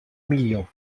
million